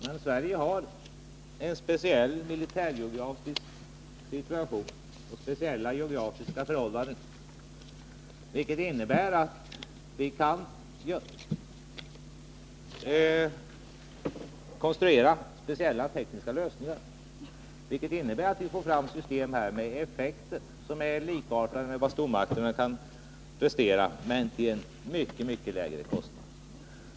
Men Sverige har en speciell militärgeografisk situation och speciella geografiska förhållanden, vilket innebär att vi kan konstruera speciella tekniska lösningar och därigenom få fram system med effekter likartade effekterna hos de system som stormakterna kan prestera — men till en mycket lägre kostnad.